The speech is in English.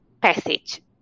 passage